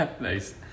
nice